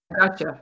Gotcha